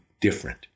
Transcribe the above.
different